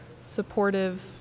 supportive